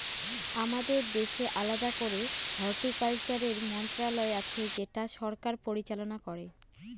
আমাদের দেশে আলাদা করে হর্টিকালচারের মন্ত্রণালয় আছে যেটা সরকার পরিচালনা করে